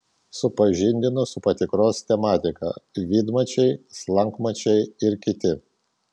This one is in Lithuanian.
supažindino su patikros tematika vidmačiai slankmačiai ir kiti